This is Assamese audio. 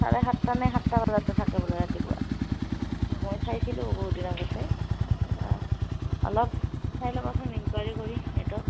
চাৰে সাতটা নে সাতটা বজাত থাকে বোলে ৰাতিপুৱা মই চাইছিলোঁ বহুত দিন আগতে অলপ চাই ল'বাচোন এনকোৱেৰি কৰি নেটত